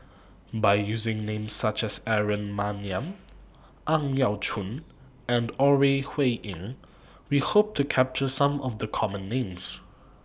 By using Names such as Aaron Maniam Ang Yau Choon and Ore Huiying We Hope to capture Some of The Common Names